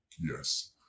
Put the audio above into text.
Yes